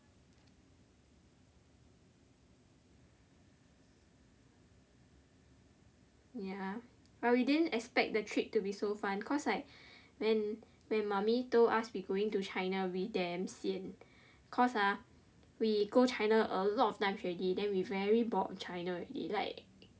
ya but we didn't expect the trip to be so fun cause like when when mummy told us we going to China with them sian cause ah we go China a lot of times already then we very bored of China already like